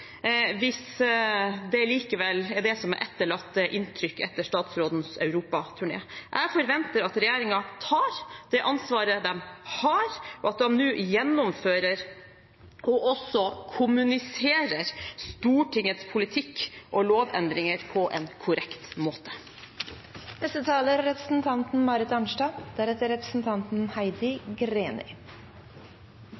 hvis det likevel er det som er det etterlatte inntrykk etter statsrådens Europa-turné. Jeg forventer at regjeringen tar det ansvaret de har, og at de nå gjennomfører og også kommuniserer Stortingets politikk og lovendringer på en korrekt måte. Jeg kan si til representanten